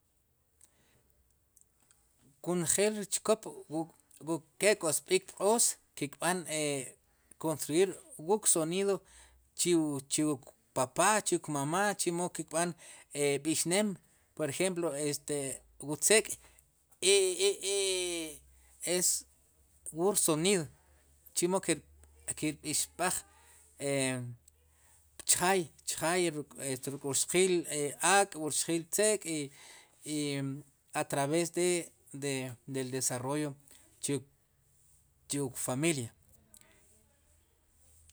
Wu njel ri chkop wu ke' k'ob'ik pq'oos ki' kb'an konstruir wuk sonido chik papa' chik mamá chimo kb'an b'ixneem por ejemplo este wu tzeek' ee'e' es wur sonido chemo ki'b'ib'aj chajaay kay ruk' wur rxqiil ak'wur xqiil tzeek' i a traves de del desarrollo chi chuwuk familia